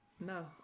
no